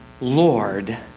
Lord